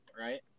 right